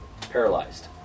paralyzed